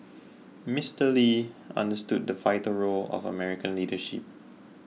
Mister Lee understood the vital role of American leadership